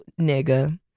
nigga